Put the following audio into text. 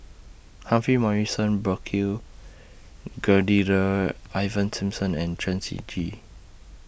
Humphrey Morrison Burkill Ivan Simson and Chen Shiji